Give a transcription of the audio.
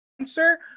answer